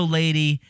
lady